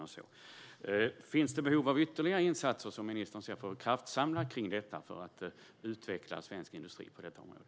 Finns det enligt ministern behov av ytterligare insatser för att kraftsamla kring detta så att svensk industri utvecklas på detta område?